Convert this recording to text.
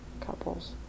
couples